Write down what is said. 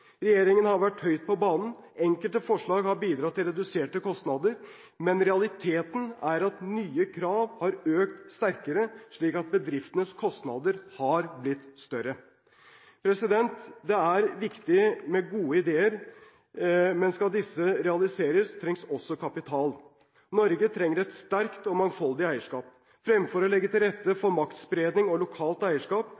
Regjeringen har vært høyt på banen. Enkelte forslag har bidratt til reduserte kostnader, men realiteten er at nye krav har økt sterkere, slik at bedriftenes kostnader har blitt større. Det er viktig med gode ideer, men skal disse realiseres, trengs også kapital. Norge trenger et sterkt og mangfoldig eierskap. Fremfor å legge til rette